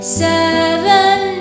seven